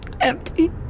empty